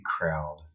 crowd